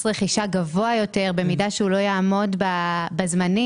רכישה גבוה יותר במידה שהוא לא יעמוד בזמנים,